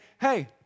hey